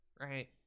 right